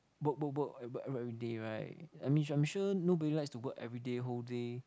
work work work work everyday right I mean I'm sure nobody likes to work everyday whole day